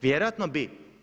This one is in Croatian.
Vjerojatno bi.